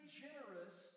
generous